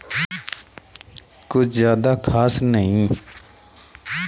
क्या आलू खरीफ के मौसम में सबसे अच्छा उगता है?